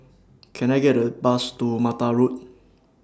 Can I Take A Bus to Mattar Road